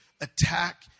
attack